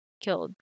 killed